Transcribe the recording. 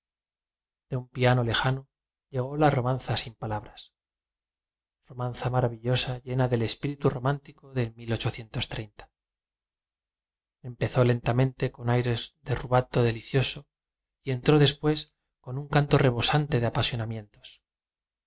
de un piano lejano lle gó la romanza sin palabras romanza maravillosa llena del espíritu romántico de empezó lentamente con aire rubato delicioso y entró después con un canto rebosaníe de apasionamientos